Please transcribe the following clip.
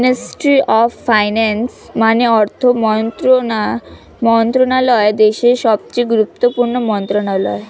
ministry of finance মানে অর্থ মন্ত্রণালয় দেশের সবচেয়ে গুরুত্বপূর্ণ মন্ত্রণালয়